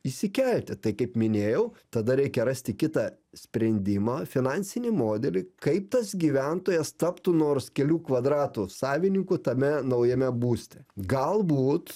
išsikelti tai kaip minėjau tada reikia rasti kitą sprendimą finansinį modelį kaip tas gyventojas taptų nors kelių kvadratų savininku tame naujame būste galbūt